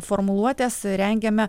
formuluotes rengiame